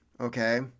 okay